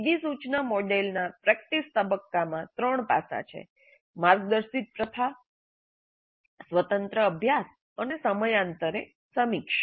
સીધી સૂચના મોડેલના પ્રેક્ટિસ તબક્કામાં ત્રણ પાસાં છે માર્ગદર્શિત પ્રથા સ્વતંત્ર અભ્યાસ અને સમયાંતરે સમીક્ષા